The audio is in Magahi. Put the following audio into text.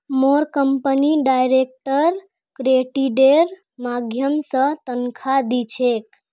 मोर कंपनी डायरेक्ट क्रेडिटेर माध्यम स तनख़ा दी छेक